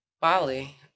Bali